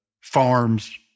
farms